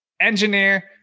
engineer